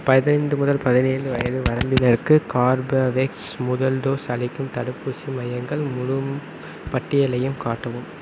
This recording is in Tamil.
பதினைந்து முதல் பதினேழு வயது வரம்பினருக்கு கார்பவேக்ஸ் முதல் டோஸ் அளிக்கும் தடுப்பூசி மையங்கள் முழும் பட்டியலையும் காட்டவும்